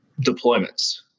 deployments